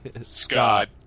Scott